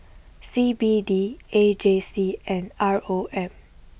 C B D A J C and R O M